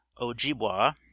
Ojibwa